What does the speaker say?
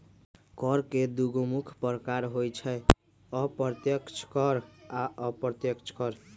कर के दुगो मुख्य प्रकार होइ छै अप्रत्यक्ष कर आ अप्रत्यक्ष कर